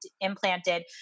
implanted